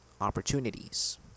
opportunities